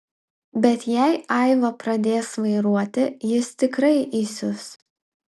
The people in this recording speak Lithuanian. bet jei aiva pradės vairuoti jis tikrai įsius